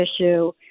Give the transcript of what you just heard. issue